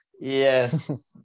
Yes